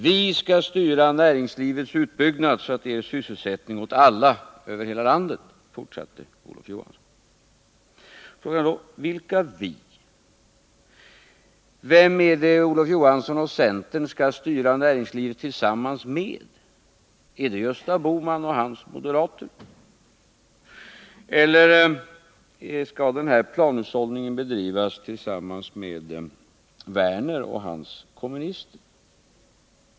Vi skall styra näringslivets utbyggnad så att det ger sysselsättning åt alla över hela landet, fortsatte han. Men vilka vi? Vem är det Olof Johansson och centern skall styra näringslivet tillsammans med? Är det Gösta Bohman och hans moderater? Eller skall den här planhushållningen bedrivas tillsammans med Lars Werner och hans kommunister?